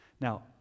Now